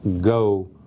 go